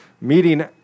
meeting